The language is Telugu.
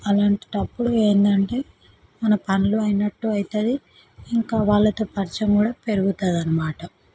అలాంటప్పుడు ఏంటంటే మన పనులు అయినట్టు అవుతుంది ఇంకా వాళ్ళతో పరిచయం కూడా పెరుగుతుంది అన్నమాట